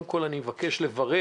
קודם כל, אני אבקש לברר